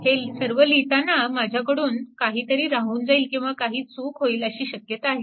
हे सर्व लिहिताना माझ्याकडून काहीतरी राहून जाईल किंवा काही चूक होईल अशी शक्यता आहे